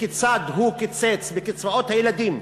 וכיצד הוא קיצץ בקצבאות הילדים,